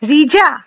Rija